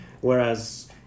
whereas